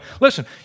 Listen